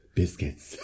biscuits